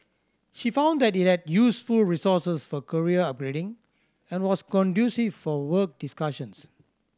she found that it had useful resources for career upgrading and was conducive for work discussions